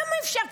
כמה אפשר?